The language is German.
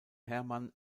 hermann